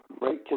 right